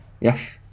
Yes